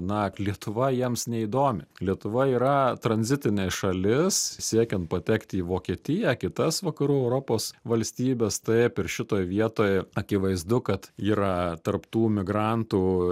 na lietuva jiems neįdomi lietuva yra tranzitinė šalis siekiant patekt į vokietiją kitas vakarų europos valstybes taip ir šitoj vietoj akivaizdu kad yra tarp tų migrantų